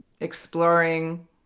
exploring